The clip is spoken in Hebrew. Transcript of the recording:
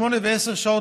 לפעמים שמונה ועשר שעות,